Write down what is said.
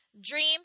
dream